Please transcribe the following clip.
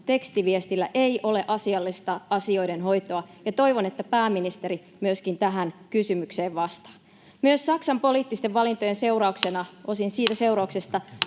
tekstiviestillä ei ole asiallista asioiden hoitoa, ja toivon, että pääministeri myöskin tähän kysymykseen vastaa. Myös Saksan poliittisten valintojen seurauksena, [Puhemies